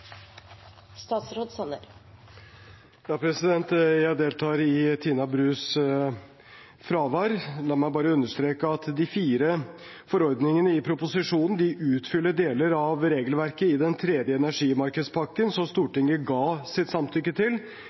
Jeg deltar i Tina Brus fravær. La meg bare understreke at de fire forordningene i proposisjonen utfyller deler av regelverket i den tredje energimarkedspakken som Stortinget ga sitt samtykke til